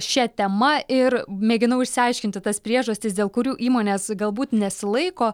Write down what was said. šia tema ir mėginau išsiaiškinti tas priežastis dėl kurių įmonės galbūt nesilaiko